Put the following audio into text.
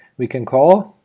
we can call.